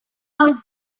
how